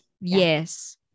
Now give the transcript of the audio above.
yes